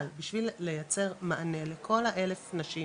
אבל בשביל לייצר מענה לכל האלף נשים,